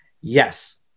Yes